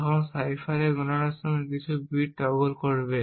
তখন সাইফারের গণনার সময় কিছু বিট টগল করবে